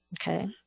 Okay